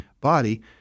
body